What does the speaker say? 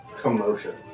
commotion